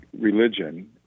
religion